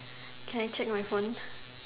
can I check my phone